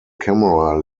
camera